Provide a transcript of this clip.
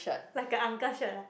like a uncle shirt ah